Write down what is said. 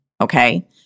okay